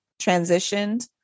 transitioned